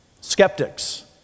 Skeptics